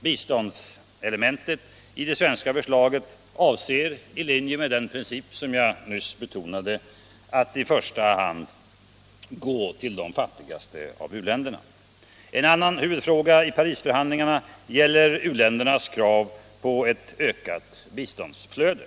Biståndselementet i det svenska förslaget avser i första hand de fattigaste u-länderna. En annan huvudfråga i Parisförhandlingarna gäller u-ländernas krav på ett ökat biståndsflöde.